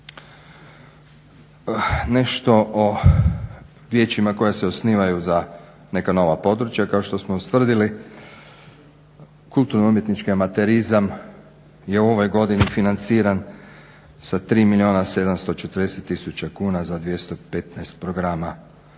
Nešto o vijećima koja se osnivaju za neka nova područja. Kao što smo ustvrdili kulturno umjetnički amaterizam je u ovoj godini financiran sa 3 milijuna 740 tisuća kuna za 215 programa